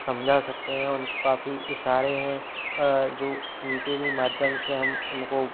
समझा सकते हैं उन को काफ़ी इशारे हैं जो उन के भी माध्यम से हम उन को